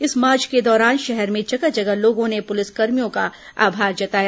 इस मार्च के दौरान शहर में जगह जगह लोगों ने पुलिसकर्भियों का आमार जताया